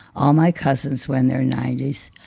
all my cousins were in their nineties,